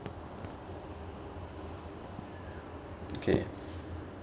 okay